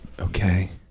Okay